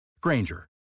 Granger